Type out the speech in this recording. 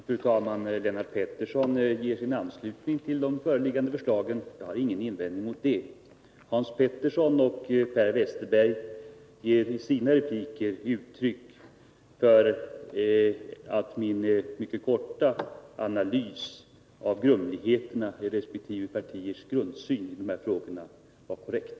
Fru talman! Lennart Pettersson tycks ansluta sig till de föreliggande förslagen och det har jag självfallet inget att invända mot. Hans Petersson i Hallstahammar och Per Westerberg ger i sina repliker belägg för att min mycket korta analys av grumligheterna i resp. partiers grundsyn när det gäller konkurrensfrågorna var korrekt.